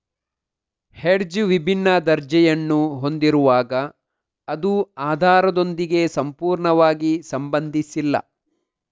hedge ವಿಭಿನ್ನ ದರ್ಜೆಯನ್ನು ಹೊಂದಿರುವಾಗ ಅದು ಆಧಾರದೊಂದಿಗೆ ಸಂಪೂರ್ಣವಾಗಿ ಸಂಬಂಧಿಸಿಲ್ಲ